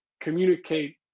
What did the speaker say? communicate